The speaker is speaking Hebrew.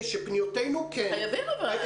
אבל חייבים.